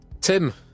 Tim